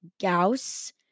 Gauss